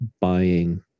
buying